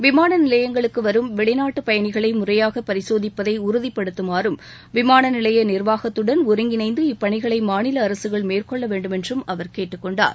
விமான நிலையங்களுக்கு வரும் வெளிநாட்டுப் பயணிகளை முறையாக பரிசோதிப்பதை உறுதிப்படுத்துமாறும் விமான நிலைய நிர்வாகத்துடன் ஒருங்கிணைந்து இப்பணிகளை மாநில அரசுகள் மேற்கொள்ள வேண்டுமென்றும் அவர் கேட்டுக் கொண்டார்